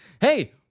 Hey